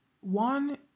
one